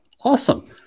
awesome